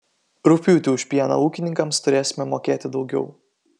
rugpjūtį už pieną ūkininkams turėsime mokėti daugiau